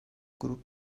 grup